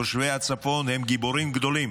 תושבי הצפון הם גיבורים גדולים,